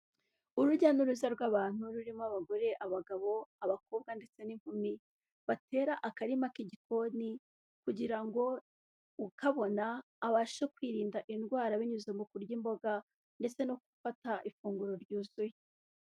Urujya n'uruza rw'abantu rurimo abagore, abagabo, abakobwa ndetse n'inkumi, batera akarima k'igikoni kugira ngo ukabona abashe kwirinda indwara binyuze mu kurya imboga ndetse no gufata ifunguro ryuzuye.